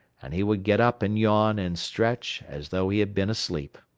and he would get up and yawn and stretch as though he had been asleep.